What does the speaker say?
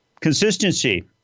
Consistency